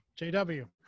JW